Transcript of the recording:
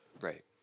Right